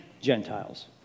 Gentiles